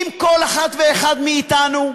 אם כל אחת ואחד מאתנו,